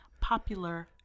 popular